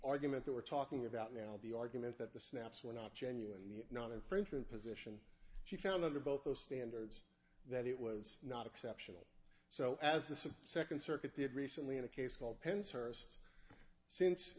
argument that we're talking about now the argument that the snaps were not genuine the not infringement position she found under both those standards that it was not exceptional so as this a second circuit did recently in a case called pens her first since